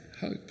hope